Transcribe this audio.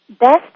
Best